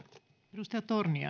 arvoisa